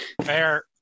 Fair